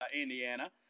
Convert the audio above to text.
Indiana